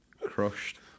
Crushed